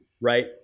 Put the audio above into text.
right